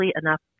enough